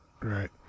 Right